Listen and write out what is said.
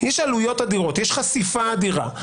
יש חשיפה אדירה.